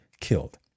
killed